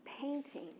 painting